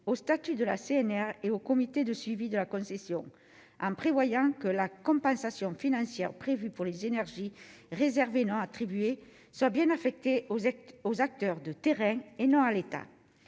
au statut de la CNR et au comité de suivi de la concession en prévoyant que la compensation financière prévue pour les énergies réservé non attribué soit bien affecté aux actes, aux acteurs de terrain et non à l'État,